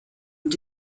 und